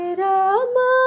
rama